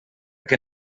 que